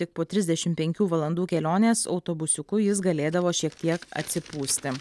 tik po trisdešimt penkių valandų kelionės autobusiuku jis galėdavo šiek tiek atsipūsti